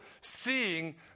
seeing